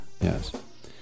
Yes